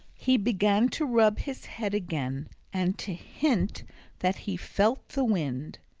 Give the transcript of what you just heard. he began to rub his head again and to hint that he felt the wind.